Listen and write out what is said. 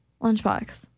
Lunchbox